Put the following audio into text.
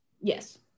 yes